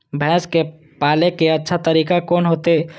भैंस के पाले के अच्छा तरीका कोन होते?